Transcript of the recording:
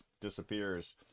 disappears